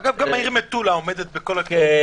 אגב, גם העיר מטולה עומדת בכל הקריטריונים.